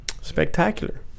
Spectacular